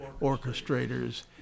orchestrators